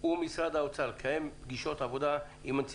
למשרד האוצר לפעול בשיתוף פעולה עם בנק ישראל